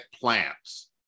plants